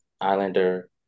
islander